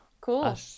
Cool